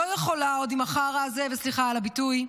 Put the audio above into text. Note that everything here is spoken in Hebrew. אני לא יכולה עוד עם החרא הזה, סליחה על הביטוי,